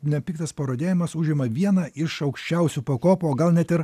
nepiktas parodijavimas užima vieną iš aukščiausių pakopų o gal net ir